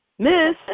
Miss